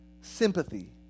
sympathy